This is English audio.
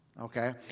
okay